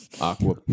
aqua